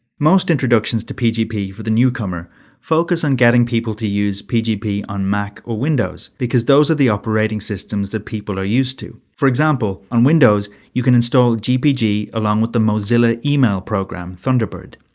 most introductions to pgp for the newcomer focus on getting people to use pgp on mac or window, because those are the operating systems that people are used to. for example, on windows you can install gpg along with the mozilla email program, thunderbird,